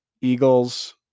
Eagles